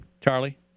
Charlie